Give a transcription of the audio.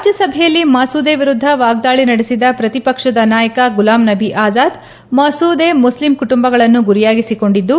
ರಾಜ್ಯಸಭೆಯಲ್ಲಿ ಮಸೂದೆ ವಿರುದ್ದ ವಾಗ್ವಾಳಿ ನಡೆಸಿದ ಪ್ರತಿಪಕ್ಷದ ನಾಯಕ ಗುಲಾಂ ನಬಿ ಆಜಾದ್ ಮಸೂದೆ ಮುಸ್ಲಿಂ ಕುಟುಂಬಗಳನ್ನು ಗುರಿಯಾಗಿಸಿಕೊಂಡಿದ್ದು